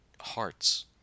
hearts